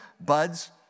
Buds